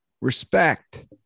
Respect